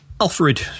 Alfred